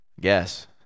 Yes